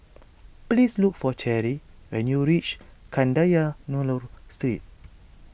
please look for Cheri when you reach Kadayanallur Street